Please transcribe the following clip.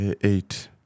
eight